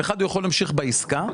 הוא יכול להמשיך בעסקה